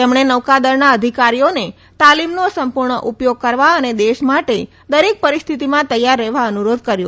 તેમણે નૌકાદળના અધીકારીઓને તાલીમનો સંપૂર્ણ ઉપયોગ કરવા અને દેશ માટે દરેક પરિસ્થિતિમાં તૈયાર રહેવા અનુરોધ કર્યો